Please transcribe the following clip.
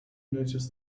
notice